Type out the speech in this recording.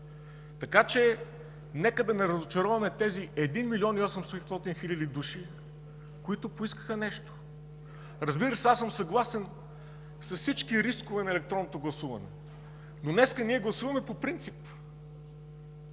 Така че нека да не разочароваме тези 1 млн. 800 хил. души, които поискаха нещо. Разбира се, аз съм съгласен с всички рискове на електронното гласуване, но днес ние гласуваме по принцип!